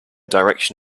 direction